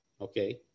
Okay